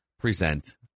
present